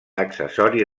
accessori